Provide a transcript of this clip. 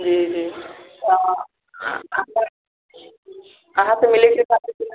जी जी कहाँ